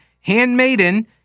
handmaiden